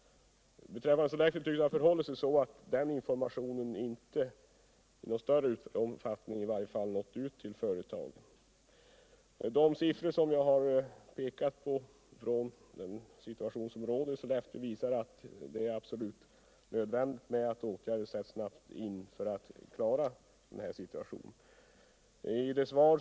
Beträffande Sollefteå tycks det ha förhållit sig så att informationen i varje fall inte i någon större omfattning nått ut till företagen. De av mig redovisade siffrorna beträffande den rådande situationen i Sollefteå visar att det är absolut nödvändigt att snabbt sätta in åtgärder för att klara situationen där.